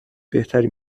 بهتری